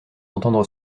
entendre